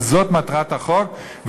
וזו מטרת החוק,